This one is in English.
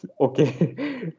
okay